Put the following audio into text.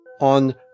On